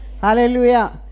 Hallelujah